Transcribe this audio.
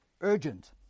urgent